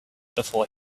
before